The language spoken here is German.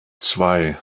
zwei